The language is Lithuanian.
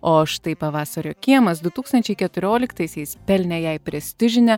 o štai pavasario kiemas du tūkstančiai keturioliktaisiais pelnė jai prestižinę